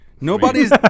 Nobody's